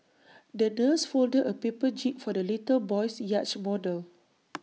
the nurse folded A paper jib for the little boy's yacht model